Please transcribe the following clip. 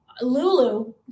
Lulu